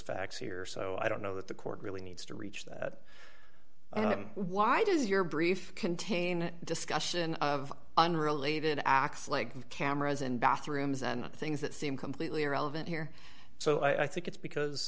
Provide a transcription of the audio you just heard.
facts here so i don't know that the court really needs to reach that why does your brief contain discussion of unrelated acts like cameras in bathrooms and things that seem completely irrelevant here so i think it's